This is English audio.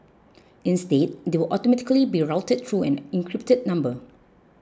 instead they will automatically be routed through an encrypted number